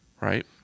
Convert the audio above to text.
right